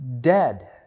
dead